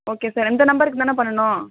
okay sir இந்த நம்பருக்கு தானே பண்ணனும்